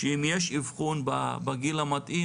שאם יש אבחון בגיל המתאים,